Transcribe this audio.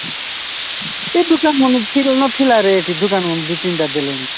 ସେଇ ଦୁକାନ ମ ନଥିଲା ରେ ଏଠି ଦୁକାନ ମ ଦି ତିନିଟା ଦେଲେଣି